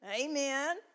Amen